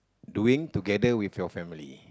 doing together with your family